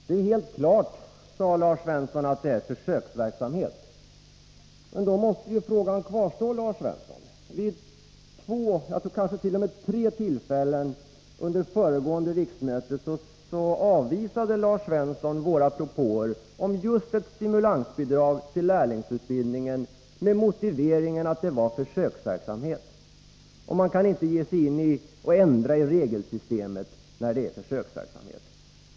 Fru talman! Det är helt klart, sade Lars Svensson, att det är fråga om en försöksverksamhet. Men då måste ju frågan kvarstå, Lars Svensson. Vid två, kanske tre, tillfällen under föregående riksmöte avvisade Lars Svensson våra propåer om just ett stimulansbidrag till lärlingsutbildningen, med motiveringen att det var fråga om en försöksverksamhet och att man inte kan ändra i regelsystemet när det handlar om en försöksverksamhet.